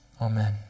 Amen